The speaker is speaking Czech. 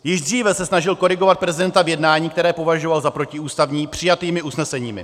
Již dříve se snažil korigovat prezidenta v jednání, které považoval za protiústavní, přijatými usneseními.